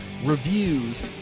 reviews